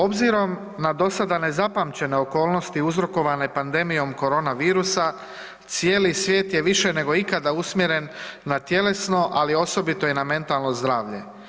Obzirom na do sada nezapamćene okolnosti uzrokovane pandemijom korona virusa, cijeli svijet je više nego ikada usmjeren na tjelesno, ali osobito i na mentalno zdravlje.